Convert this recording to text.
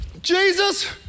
Jesus